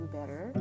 better